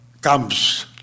comes